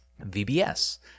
VBS